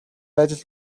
ажил